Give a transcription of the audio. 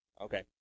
Okay